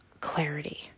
clarity